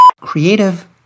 Creative